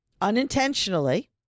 unintentionally